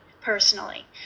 personally